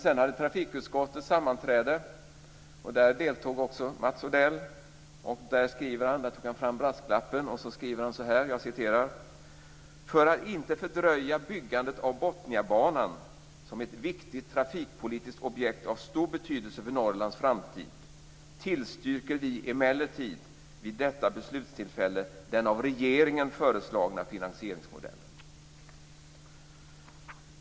Sedan hade trafikutskottet ett sammanträde där också Mats Odell deltog. Där tog han fram brasklappen. Han skriver: "För att inte fördröja byggandet av Botniabanan, som är ett viktigt trafikpolitisk objekt av stor betydelse för Norrlands framtid, tillstyrker vi emellertid vid detta beslutstillfälle den av regeringen föreslagna finansieringsmodellen."